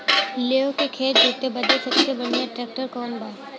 लेव के खेत जोते बदे सबसे बढ़ियां ट्रैक्टर कवन बा?